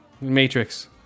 matrix